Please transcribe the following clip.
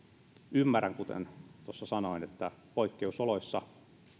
ymmärrän kuten tuossa sanoin että poikkeusoloissa